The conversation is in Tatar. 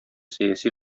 сәяси